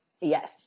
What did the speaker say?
Yes